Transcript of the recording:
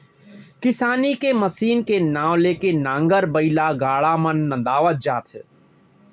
किसानी के मसीन के नांव ले के नांगर, बइला, गाड़ा मन नंदावत जात हे